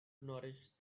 nourish